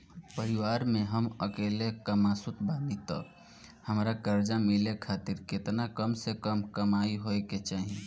परिवार में हम अकेले कमासुत बानी त हमरा कर्जा मिले खातिर केतना कम से कम कमाई होए के चाही?